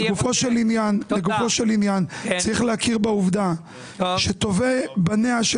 לגופו של עניין צריך להכיר בעובדה שטובי בניה של